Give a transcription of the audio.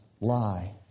lie